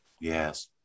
Yes